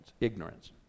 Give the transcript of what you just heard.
Ignorance